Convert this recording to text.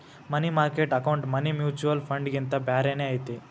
ಮನಿ market account money mutual ಫಂಡ್ಗಿಂತ ಬ್ಯಾರೇನ ಐತಿ